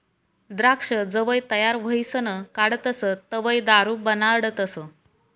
द्राक्ष जवंय तयार व्हयीसन काढतस तवंय दारू बनाडतस